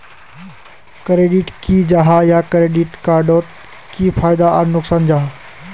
Credit की जाहा या क्रेडिट कार्ड डोट की फायदा आर नुकसान जाहा?